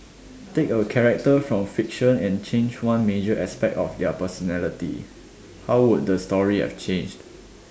take a character from fiction and change one major aspect of their personality how would the story have changed